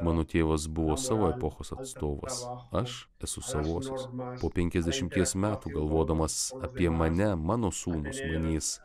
mano tėvas buvo savo epochos atstovas aš esu savosios po penkiasdešimties metų galvodamas apie mane mano sūnūs manys